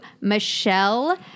Michelle